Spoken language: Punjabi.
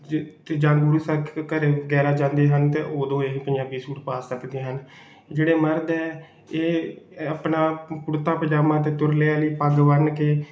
ਜੇ ਅਤੇ ਜਦੋਂ ਗੁਰੂ ਸਾਹਿਬ ਘਰ ਵਗੈਰਾ ਜਾਂਦੇ ਹਨ ਅਤੇ ਉਦੋਂ ਇਹ ਪੰਜਾਬੀ ਸੂਟ ਪਾ ਸਕਦੇ ਹਨ ਜਿਹੜੇ ਮਰਦ ਹੈ ਇਹ ਆਪਣਾ ਕੁੜਤਾ ਪਜਾਮਾ ਅਤੇ ਤੁਰਲੇ ਵਾਲੀ ਪੱਗ ਬੰਨ ਕੇ